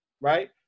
right